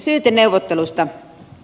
syyteneuvottelusta